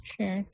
sure